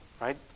Right